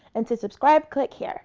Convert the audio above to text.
and to subscribe click here.